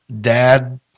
Dad